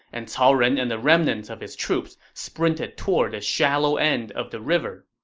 and cao ren and the remnants of his troops sprinted toward the shallow end of the river